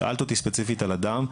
שאלת אותי ספציפית על אדם,